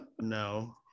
No